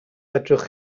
fedrwch